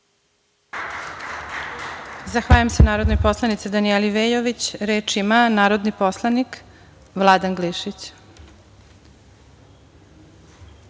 Zahvaljujem se narodnoj poslanici Danijeli Veljović. Reč ima narodni poslanik Vladan Glišić.